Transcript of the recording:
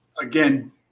again